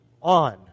on